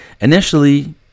initially